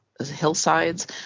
Hillsides